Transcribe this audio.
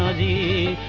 the